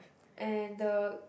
and the